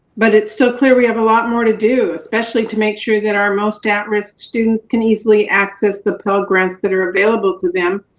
but it's still clear we have a lot more to do, especially to make sure that our most at risk students can easily access the pell grants that are available to them.